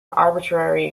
arbitrary